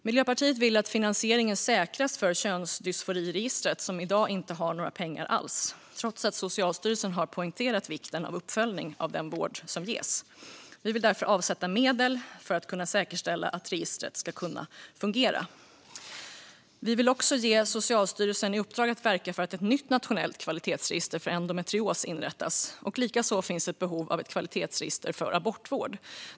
Miljöpartiet vill att finansieringen säkras för Könsdysforiregistret, som i dag inte har några pengar alls trots att Socialstyrelsen har poängterat vikten av uppföljning av den vård som ges. Vi vill därför avsätta medel för att säkerställa att registret ska kunna fungera. Vi vill också ge Socialstyrelsen i uppdrag att verka för att ett nytt nationellt kvalitetsregister för endometrios inrättas. Likaså finns behov av ett kvalitetsregister för abortvård.